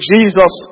Jesus